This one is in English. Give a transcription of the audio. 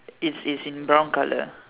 it's it's in brown colour